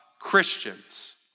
Christians